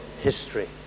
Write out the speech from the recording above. history